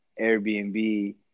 Airbnb